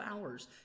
hours